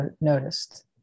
noticed